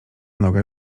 noga